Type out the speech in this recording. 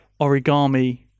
origami